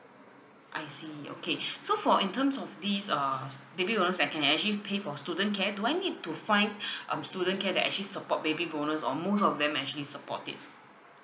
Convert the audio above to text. I see okay so for in terms of this uh s~ baby bonus I can actually pay for student care do I need to find um student care that actually support baby bonus or most of them actually support it